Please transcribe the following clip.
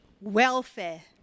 welfare